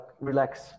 relax